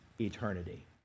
eternity